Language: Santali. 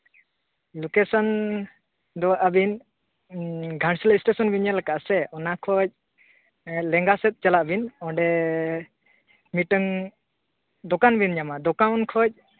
ᱞᱳᱠᱮᱥᱚᱱ ᱫᱚ ᱟᱹᱵᱤᱱ ᱜᱷᱟᱴᱥᱤᱞᱟ ᱥᱴᱮᱥᱚᱱ ᱵᱤᱱ ᱧᱮᱞ ᱠᱟᱜᱼᱟ ᱥᱮ ᱚᱱᱟ ᱠᱷᱚᱡ ᱞᱮᱸᱜᱟ ᱥᱮᱫ ᱪᱟᱞᱟᱜ ᱵᱤᱱ ᱚᱸᱰᱮ ᱢᱤᱫᱴᱟᱱ ᱫᱚᱠᱟᱱ ᱵᱤᱱ ᱧᱟᱢᱟ ᱫᱚᱠᱟᱱ ᱠᱷᱚᱡ